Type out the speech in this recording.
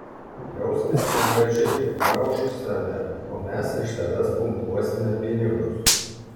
jauskis negraži graužk save o mes iš tavęs pumpuosime pinigus